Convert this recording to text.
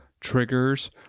triggers